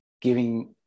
giving